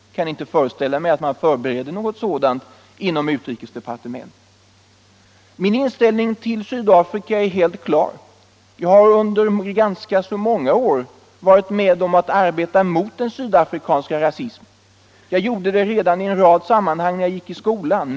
Jag kan inte föreställa mig att man förbereder något sådant inom utrikesdepartementet. Min inställning till Sydafrika är helt klar. Jag har under ganska många år varit med om att arbeta mot den sydafrikanska rasismen. Jag gjorde det redan i en rad sammanhang när jag gick i skolan.